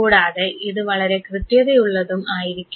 കൂടാതെ ഇത് വളരെ കൃത്യതയുള്ളതും ആയിരിക്കും